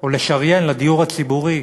ולשריין לדיור הציבורי